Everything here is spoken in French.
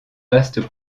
vaste